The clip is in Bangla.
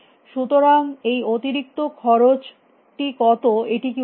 সুতরাং এই অতিরিক্ত খরচটি কত এটি কী উপযুক্ত